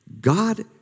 God